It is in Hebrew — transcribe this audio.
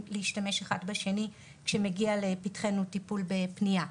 להשתמש אחד בשני כאשר מגיע לפתחנו טיפול בפנייה.